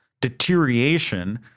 deterioration